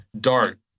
Dart